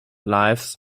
lives